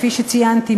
כפי שציינתי,